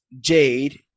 Jade